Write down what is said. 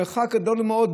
מרחק גדול מאוד,